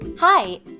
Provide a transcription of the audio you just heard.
Hi